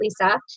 Lisa